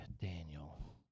Daniel